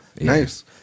nice